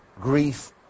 grief